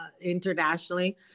internationally